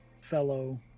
fellow